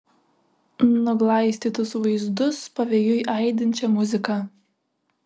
nuglaistytus vaizdus pavėjui aidinčią muziką